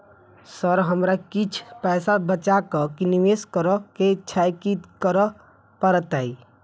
Sir हमरा किछ पैसा बचा कऽ निवेश करऽ केँ छैय की करऽ परतै?